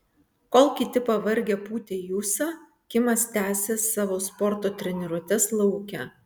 kol kiti pavargę pūtė į ūsą kimas tęsė savo sporto treniruotes lauke